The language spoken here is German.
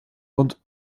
und